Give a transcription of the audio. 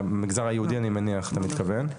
במגזר יהודי אני מניח אתה מתכוון,